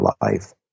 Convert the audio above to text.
life